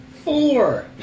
Four